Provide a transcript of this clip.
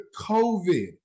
COVID